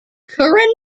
curran